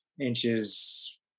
inches